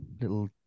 little